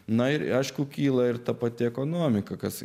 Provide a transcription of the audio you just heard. na ir aišku kyla ir ta pati ekonomika kas